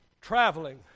traveling